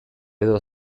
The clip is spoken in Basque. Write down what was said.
edo